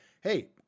hey